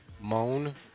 moan